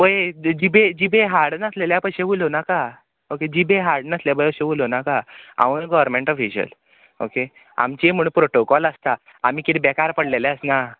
पय जिबे जिबे हाड नासलेल्या भशे उलोव नाका ओके जिबे हाड नासले भशें उलोव नाका हांवूय गोवोरमेंट ऑफिशल ओके आमचीय म्हण प्रोटोकॉल आसता आमी किदें बेकार पडलेले आसना